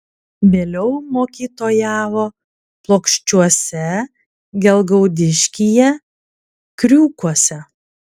vėliau mokytojavo plokščiuose gelgaudiškyje kriūkuose